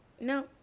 no